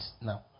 now